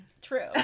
true